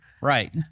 Right